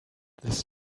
this